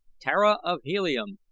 tara of helium!